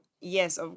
yes